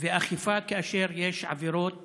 ואכיפה כאשר יש עבירות